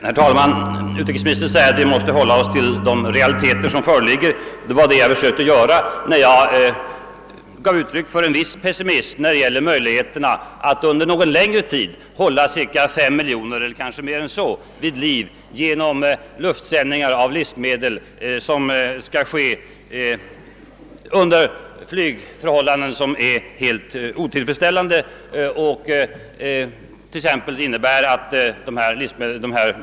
Herr talman! Utrikesministern säger att vi måste hålla oss till de realiteter som föreligger. Det var det jag försökte göra när jag gav uttryck för en viss pessimism beträffande möjligheterna att under någon längre tid hålla cirka fem miljoner människor, eller kanske ännu flera, vid liv genom luftsändningar av livsmedel vilka dessutom skall utföras under mycket svåra flygförhållanden.